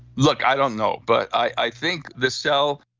look, i don't know. but i think the cell,